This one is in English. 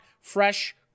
fresh